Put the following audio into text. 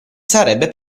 sarebbe